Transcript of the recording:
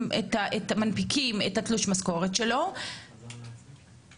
שאתן מנפיקות את תלוש המשכורת של העובד הפלסטיני,